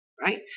right